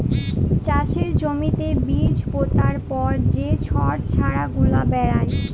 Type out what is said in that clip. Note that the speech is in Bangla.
চাষের জ্যমিতে বীজ পুতার পর যে ছট চারা গুলা বেরয়